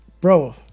bro